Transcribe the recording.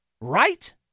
Right